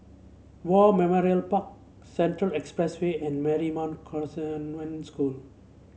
War Memorial Park Central Expressway and Marymount Convent School